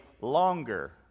longer